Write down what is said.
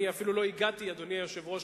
אדוני היושב-ראש,